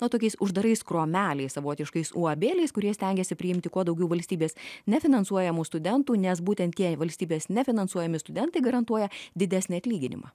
na tokiais uždarais kromeliais savotiškais uabėliais kurie stengiasi priimti kuo daugiau valstybės nefinansuojamų studentų nes būtent tie valstybės nefinansuojami studentai garantuoja didesnį atlyginimą